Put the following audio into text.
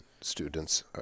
students